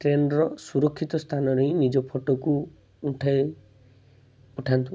ଟ୍ରେନ୍ର ସୁରକ୍ଷିତ ସ୍ଥାନରେ ହିଁ ନିଜ ଫୋଟୋକୁ ଉଠାଇ ଉଠାନ୍ତୁ